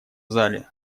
зале